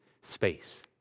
space